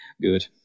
good